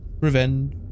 revenge